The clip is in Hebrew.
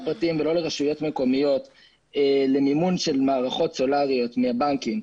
פרטיים ולא לרשויות מקומיות למימון של מערכות סולריות מהבנקים.